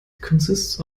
consists